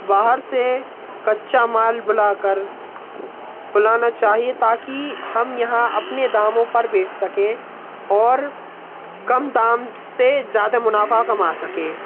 बाहर से कच्चा माल बुला कर बुलाना चाहिए ताकि हम यहाँ अपने दामों पर बेच सकें और कम दाम से ज़्यादा मुनाफा कमा सकें